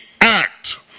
act